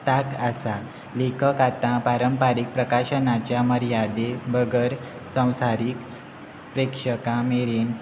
तांक आसा लेखक आतां पारंपारीक प्रकाशनाच्या मर्यादे बगर संवसारीक प्रेक्षकां मेरेन